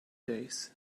days